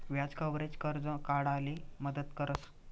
व्याज कव्हरेज, कर्ज काढाले मदत करस